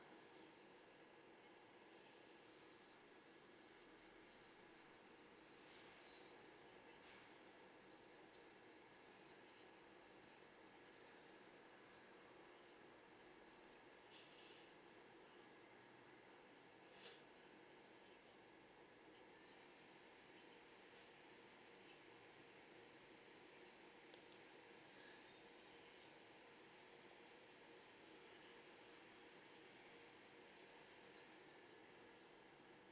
mm